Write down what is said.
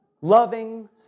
loving